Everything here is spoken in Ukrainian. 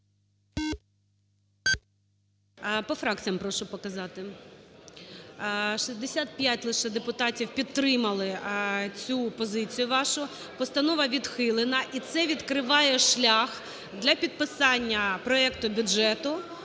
По фракціям прошу показати. 65 лише депутатів підтримали цю позицію вашу. Постанова відхилена. І це відкриває шлях для підписання проекту бюджету